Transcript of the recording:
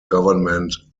government